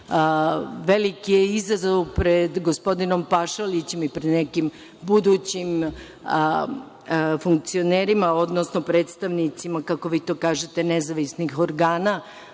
Veliki je izazovom pred gospodinom Pašalićem i pred nekim budućim funkcionerima, odnosno predstavnicima, kako vi to